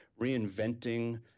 reinventing